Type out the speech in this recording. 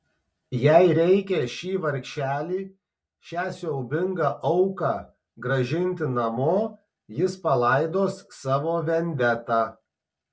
jei reikia šį vargšelį šią siaubingą auką grąžinti namo jis palaidos savo vendetą